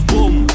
Boom